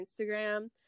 Instagram –